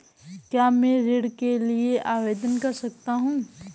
क्या मैं ऋण के लिए ऑनलाइन आवेदन कर सकता हूँ?